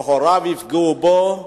שהוריו יפגעו בו,